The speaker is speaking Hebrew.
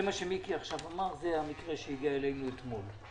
המקרה שמיקי עכשיו אמר זה המקרה שהגיע אלינו אתמול.